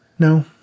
No